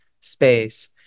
space